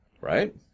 Right